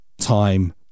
time